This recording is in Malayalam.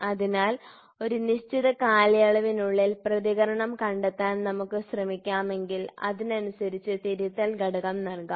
അതിനാൽ ഒരു നിശ്ചിത കാലയളവിനുള്ളിൽ പ്രതികരണം കണ്ടെത്താൻ നമുക്ക് ശ്രമിക്കാമെങ്കിൽ അതിനനുസരിച്ച് തിരുത്തൽ ഘടകം നൽകാം